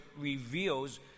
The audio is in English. reveals